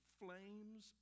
flames